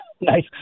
Nice